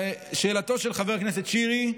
לשאלתו של חבר הכנסת שירי,